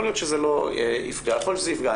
יכול להיות שזה לא יפגע ויכול להיות שזה יפגע.